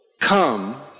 come